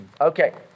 Okay